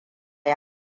yi